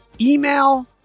email